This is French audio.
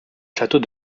château